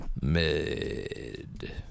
Mid